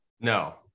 No